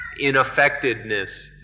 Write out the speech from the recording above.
ineffectiveness